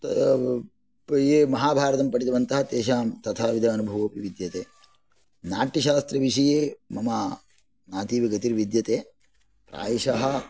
ये महाभारतं पठितवन्तः तेषां तथाविध अनुभवोपि विद्यते नाट्यशास्त्रविषये मम नातीव गतिर्विद्यते प्रायशः